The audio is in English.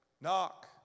Knock